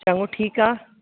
चङो ठीकु आहे